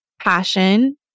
passion